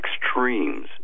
extremes